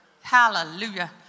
Hallelujah